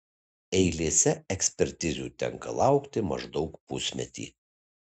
eilėse ekspertizių tenka laukti maždaug pusmetį